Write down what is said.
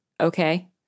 okay